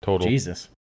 Jesus